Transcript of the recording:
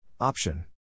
Option